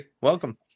welcome